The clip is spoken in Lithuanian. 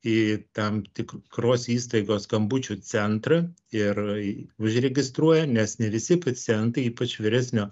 į tam tikros įstaigos skambučių centrą ir užregistruoja nes ne visi pacientai ypač vyresnio